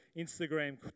Instagram